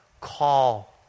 call